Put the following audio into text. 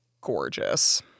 gorgeous